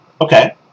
Okay